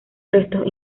restos